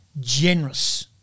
generous